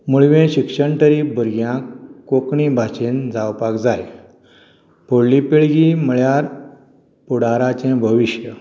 मुळावें शिक्षण तरी भुरग्यांक कोंकणी भाशेन जावपाक जाय फुडली पिळगी म्हणल्यार फुडाराचें भविश्य